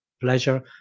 pleasure